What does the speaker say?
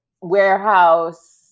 warehouse